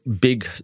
big